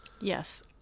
Yes